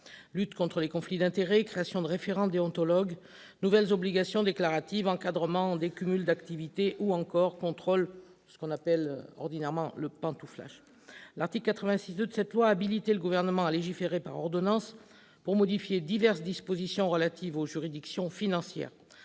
lutte contre les conflits d'intérêts, création de référents déontologues, nouvelles obligations déclaratives, encadrement des cumuls d'activité, ou encore contrôle du « pantouflage ». Le II de l'article 86 de cette loi habilite le Gouvernement à légiférer par ordonnances pour modifier diverses dispositions relatives aux juridictions financières.